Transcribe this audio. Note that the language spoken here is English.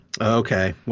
Okay